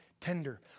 tender